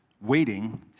waiting